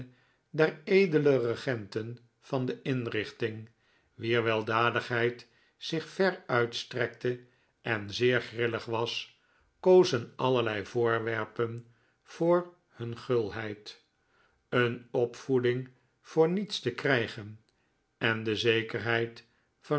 der edele regenten van de inrichting wier weldadigheid zich ver uitstrekte en zeer grillig was kozen allerlei voorwerpen voor hun gulheid een opvoeding voor niets te krijgen en de zekerheid